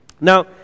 Now